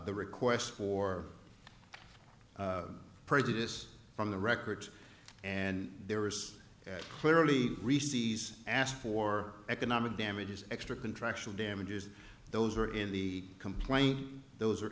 the request for prejudice from the records and there is clearly reseize asked for economic damages extra contractual damages those are in the complaint those are